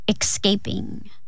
escaping